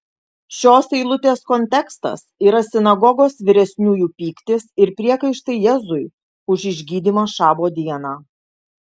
šios eilutės kontekstas yra sinagogos vyresniųjų pyktis ir priekaištai jėzui už išgydymą šabo dieną